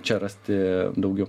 čia rasti daugiau